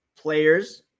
players